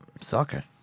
Soccer